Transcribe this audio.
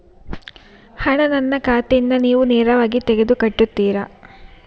ಹಣ ನನ್ನ ಖಾತೆಯಿಂದ ನೀವು ನೇರವಾಗಿ ತೆಗೆದು ಕಟ್ಟುತ್ತೀರ?